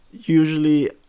usually